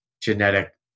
genetic